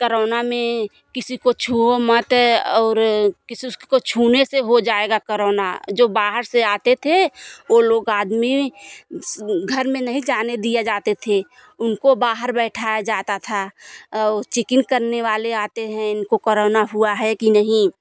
corona में किसी को छुओ मत और किसी को छूने से हो जाएगा कोरोना जो बाहर से आते थे वो लोग आदमी घर में नहीं जाने दिए जाते थे उनको बाहर बैठाया जाता था और चिकिंग करने वाले आते हैं इनको कोरोना हुआ है कि नहीं